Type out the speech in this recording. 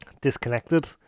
disconnected